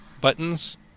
buttons